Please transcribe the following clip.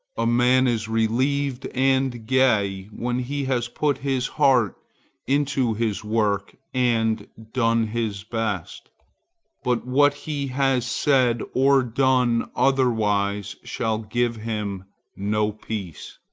a man is relieved and gay when he has put his heart into his work and done his best but what he has said or done otherwise shall give him no peace.